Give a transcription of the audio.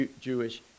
Jewish